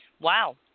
Wow